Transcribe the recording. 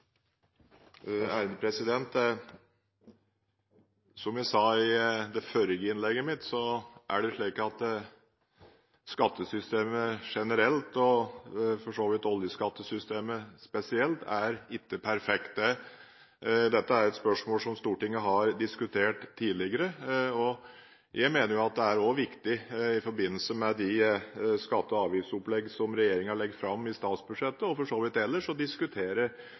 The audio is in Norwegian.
i Norge? Som jeg sa i det forrige innlegget mitt, er det slik at skattesystemet generelt og for så vidt oljeskattesystemet spesielt ikke er perfekt. Dette er et spørsmål som Stortinget har diskutert tidligere, og jeg mener også at det er viktig – i forbindelse med de skatte- og avgiftsoppleggene som regjeringen legger fram i statsbudsjettet og for så vidt ellers også – å diskutere